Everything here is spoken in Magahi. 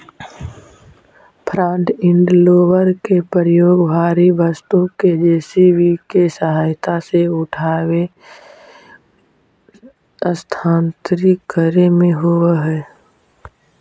फ्रन्ट इंड लोडर के प्रयोग भारी वस्तु के जे.सी.बी के सहायता से उठाके स्थानांतरित करे में होवऽ हई